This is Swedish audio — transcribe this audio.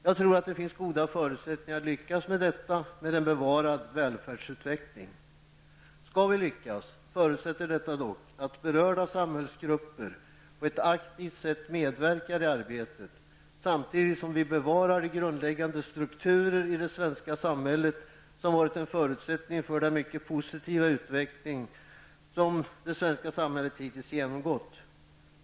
Jag tror att det finns goda förutsättningar att lyckas med detta med en bevarad välfärdsutveckling. Skall vi lyckas förutsätter detta dock att berörda samhällsgrupper på ett aktivt sätt medverkar i arbetet samtidigt som vi bevarar de grundläggande strukturer i det svenska samhället som varit en förutsättning för den mycket positiva utveckling som det svenska samhället hittills genomgått.